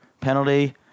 penalty